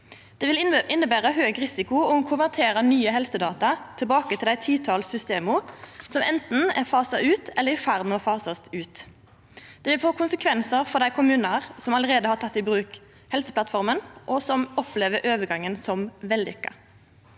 Det vil innebera høg risiko å konvertera nye helsedata tilbake til dei titals systema, som anten er fasa ut eller i ferd med å bli fasa ut. Det får konsekvensar for dei kommunane som allereie har teke i bruk Helseplattforma, og som opplever overgangen som vellykka.